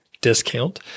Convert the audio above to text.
discount